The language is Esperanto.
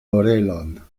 orelon